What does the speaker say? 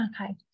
Okay